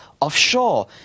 offshore